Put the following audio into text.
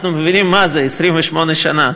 אנחנו מבינים מה זה 28 שנה.